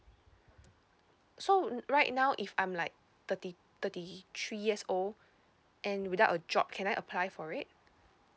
so right now if I'm like thirty thirty three years old and without a job can I apply for it